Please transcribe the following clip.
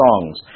songs